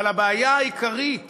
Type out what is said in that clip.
אבל הבעיה העיקרית